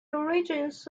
origins